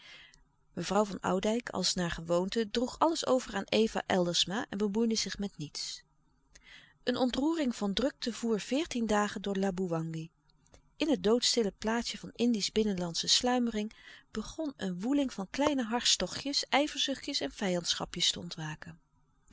mevrouw van oudijck als naar gewoonte droeg alles over aan eva eldersma en bemoeide zich met niets een ontroering van drukte voer veertien dagen door laboewangi in het doodstille plaatsje van indisch binnenlandsche sluimering begon een woeling van kleine harts tochtjes ijverzuchtjes en vijandschapjes te ontwaken